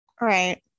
Right